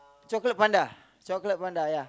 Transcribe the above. chocolate panda chocolate panda ya